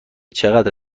چقدر